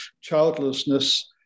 childlessness